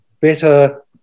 better